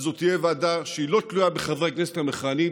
זאת תהיה ועדה שהיא לא תלויה בחברי הכנסת המכהנים,